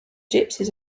gypsies